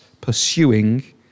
pursuing